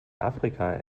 afrika